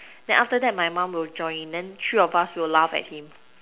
then after that my mum will join then three of us will laugh at him